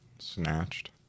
Snatched